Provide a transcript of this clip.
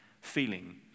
feeling